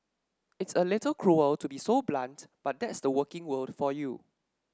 it's a little cruel to be so blunt but that's the working world for you